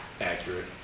accurate